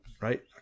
right